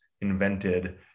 invented